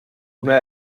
una